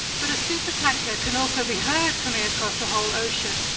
but a supertanker can also be heard coming across a whole ocean,